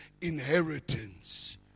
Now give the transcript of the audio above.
inheritance